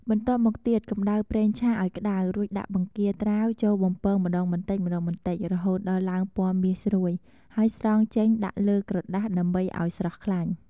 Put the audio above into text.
បន្ទាប់មកទៀត កំដៅប្រេងឆាឱ្យក្តៅ រួចដាក់បង្គាត្រាវចូលបំពងម្តងបន្តិចៗរហូតដល់ឡើងពណ៌មាសស្រួយ ហើយស្រង់ចេញដាក់លើក្រដាស ដើម្បីឱ្យស្រស់ខ្លាញ់។